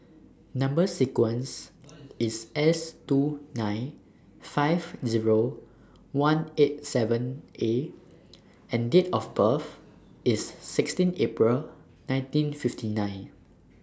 Number sequence IS S two nine five Zero one eight seven A and Date of birth IS sixteen April nineteen fifty nine